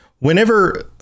Whenever